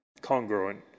congruent